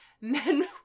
men